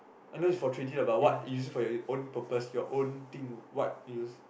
I know is for three-d lah but what you use you use it your own purpose or what you use